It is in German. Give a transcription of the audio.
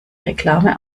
reklame